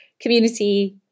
community